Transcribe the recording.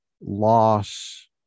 loss